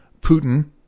Putin